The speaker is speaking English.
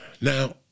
Now